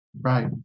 Right